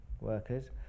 workers